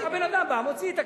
הבן-אדם בא, מוציא את הכסף.